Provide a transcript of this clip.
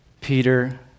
Peter